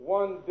one